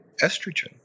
estrogen